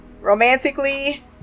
romantically